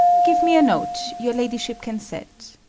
give me a note your ladyship can set.